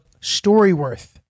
StoryWorth